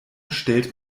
stellt